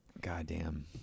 Goddamn